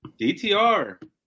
DTR